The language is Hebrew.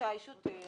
רשאי שוטר